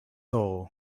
all